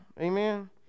Amen